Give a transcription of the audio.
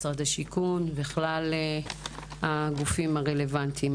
משרד השיכון וכלל הגופים הרלוונטיים.